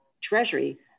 treasury